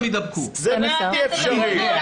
זה בלתי אפשרי.